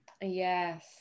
Yes